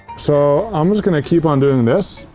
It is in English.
so, i'm just gonna keep on doing this,